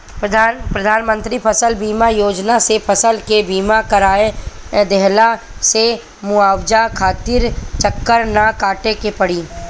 प्रधानमंत्री फसल बीमा योजना से फसल के बीमा कराए लेहला से मुआवजा खातिर चक्कर ना काटे के पड़ी